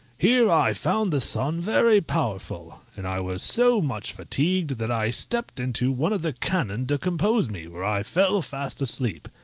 here i found the sun very powerful, and i was so much fatigued that i stepped into one of the cannon to compose me, where i fell fast asleep.